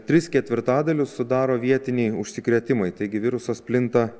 tris ketvirtadalius sudaro vietiniai užsikrėtimai taigi virusas plinta